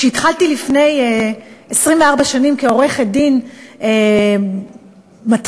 כשהתחלתי לפני 24 שנים כעורכת-דין מתחילה,